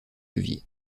levier